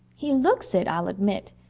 he looks it, i'll admit.